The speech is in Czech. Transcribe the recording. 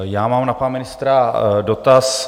Já mám na pana ministra dotaz.